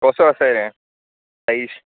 कसो आसाय रे साइश